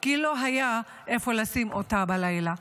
כי לא היה איפה לשים אותה בלילה.